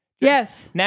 yes